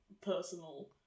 personal